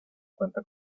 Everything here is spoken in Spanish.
cuenta